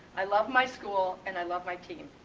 i love my school and i love my team.